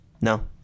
No